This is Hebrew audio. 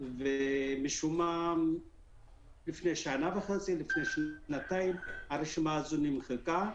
ומשום מה לפני שנה וחצי או שנתיים הרשימה הזו נמחקה,